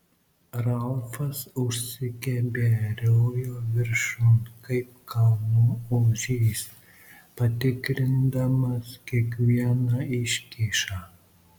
ralfas užsikeberiojo viršun kaip kalnų ožys patikrindamas kiekvieną iškyšą